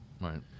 Right